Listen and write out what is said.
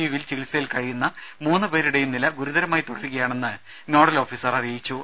യുവിൽ ചികിത്സയിൽ കഴിയുന്ന മൂന്ന് പേരുടേയും നില ഗുരുതരമായി തുടരുകയാണെന്ന് നോഡൽ ഓഫീസർ അറിയിച്ചു